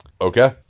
okay